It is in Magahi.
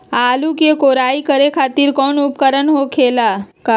आलू के कोराई करे खातिर कोई उपकरण हो खेला का?